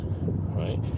right